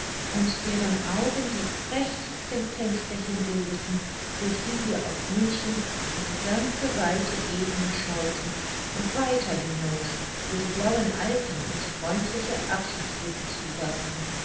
und deren augen die prächtigsten fensterchen bildeten durch die wir auf münchen und die ganze weite ebene schauten und weiter hinaus wo die blauen alpen uns freundliche abschiedsblicke zuwarfen